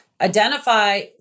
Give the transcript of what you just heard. identify